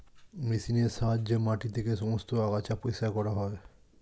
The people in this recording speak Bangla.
মেশিনের সাহায্যে মাটি থেকে সমস্ত আগাছা পরিষ্কার করা হয়